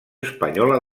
espanyola